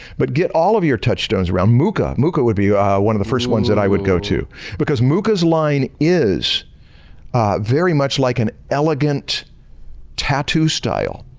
but get all of your touch stones around. mucha. mucha would be one of the first ones that i would go to because mucha's line is very much like an elegant tattoo style.